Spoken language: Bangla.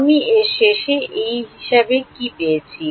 আমি এর শেষে এই হিসাবে কি পেয়েছি